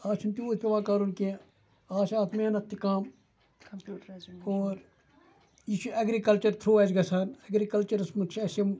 اَز چھِنہٕ تیوٗت پٮ۪وان کَرُن کینٛہہ اَز چھِ اَتھ محنت تہِ کَم اور یہِ چھِ اٮ۪گرِکَلچَر تھرٛوٗ اَسہِ گژھان اٮ۪گرِکَلچَرَس منٛز چھِ اَسہِ یِم